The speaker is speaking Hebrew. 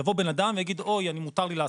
יבוא בן אדם ויגיד מותר לי לעשות.